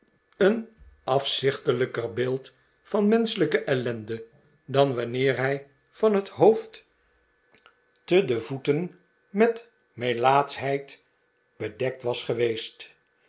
een afzichtelijker beeld van menschelijke ellende dan wanneer hij van het hoofd te de voeten met melaatschheid bedekt was geweest